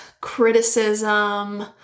Criticism